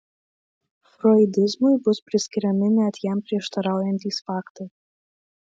froidizmui bus priskiriami net jam prieštaraujantys faktai